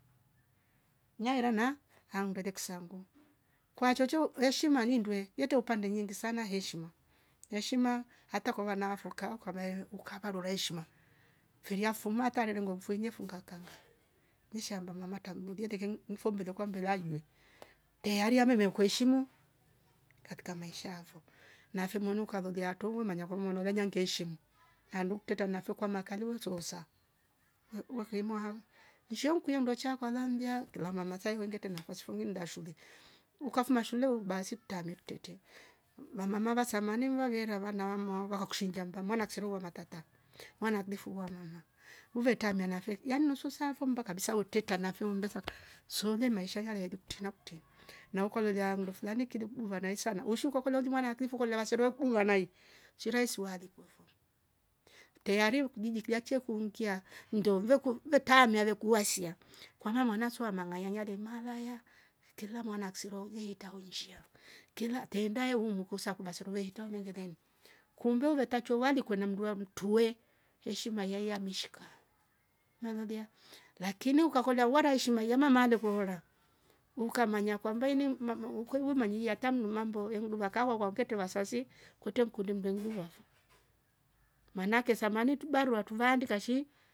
Nanyangara mya aumbere tsandu kwa chuchu weshima nyinude yeto upande nyingi sana heshiima. heshima hata kwa wana foka ukamaemi ukavarora heshima filia foma hata rerengo mfinywe fuka kanga nisha ngam matam mlolie tengem mfo mlolwakwa mndelaime eeh ariame mmekueshimu katika maisha afo nafiwemunu ukalolia tuvu manya kwamololia lanyeke ngeeshimu alukteta na fyoko makaliwa nsooza uu uu uwekam mwaah nshouku yenduacha kwalambia kila mama taihunge tena akwa sifumi mda wa shule ukafuma shule basi kutame kutete vwamama vasamane mnwavavera vwana mwa wakakushinda ndamana akuserua matata. mwana akdelifu vwa mama ule tamiana nafe yani nusu saa fo mbo kabisa uteta navo undesa sule maisha yaya edu kutinakti na ukololia ndo fulani kidogo vana ehh sana woshu kokolia mwana kivu kolevansero ulwanai chere isuruali. tehariu kujijere kriache kuungia ndo veku ve taame amevekuasia kwa mwaman sua mangaya nyalem malaya terla mwana akso jiita uliishia kila tendaya umu kusa kuva vensero weita nywele lemi kumbe uve tachiwa walikwe na mdua mtuue heshima yaya meshika nalolia lakini ukakora uwara yeshima iyama marevola ukamanya kwambein mama mmh ukwevu manyia arte mimambo enuduka ka wakwa mpente wasasi kutemkuru mveluvafo maanake samani tudarwa tuvaandika shii